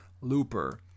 looper